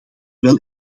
wel